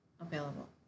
available